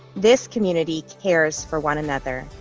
this community cares for one another.